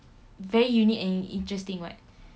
very unique and interesting [what]